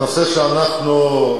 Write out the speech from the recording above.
הנושא שאנחנו,